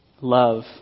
love